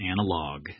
analog